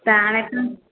त हाणे त